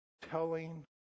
telling